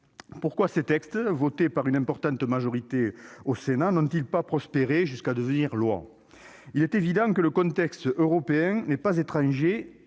Pourquoi ces textes votés par une importante majorité au Sénat n'ont-ils pas prospéré jusqu'à devenir des lois ? Il est évident que le contexte européen n'est pas étranger